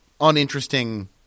uninteresting